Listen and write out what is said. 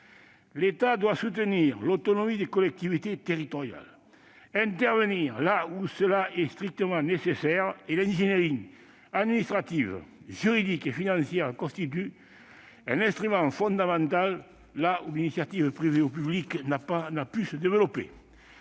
l'État doit soutenir l'autonomie des collectivités territoriales et intervenir là où c'est strictement nécessaire. L'ingénierie administrative, juridique et financière constitue un instrument fondamental là où l'initiative privée ou publique n'a pu se déployer.